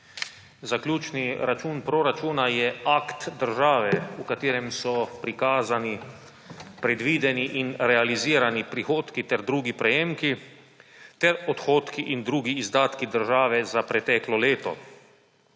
Zaključni račun proračuna je akt države, v katerem so prikazani predvideni in realizirani prihodki ter drugi prejemki ter odhodki in drugi izdatki države za preteklo leto.